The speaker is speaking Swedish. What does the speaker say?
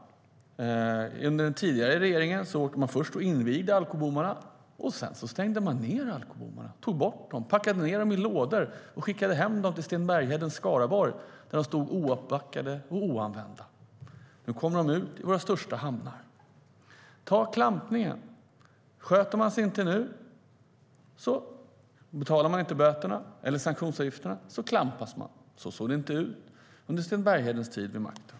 Under den tidigare regeringen invigde man först alkobommarna och stängde sedan ned dem, tog bort dem, packade ned dem i lådor och skickade dem till Sten Berghedens Skaraborg där de stod ouppbackade och oanvända. Nu kommer de ut till våra största hamnar. Vi kan ta klampningen. Sköter man sig inte, betalar man inte böterna eller sanktionsavgifterna, klampas man. Så såg det inte ut under Sten Berghedens tid vid makten.